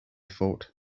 thought